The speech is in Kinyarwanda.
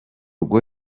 rwo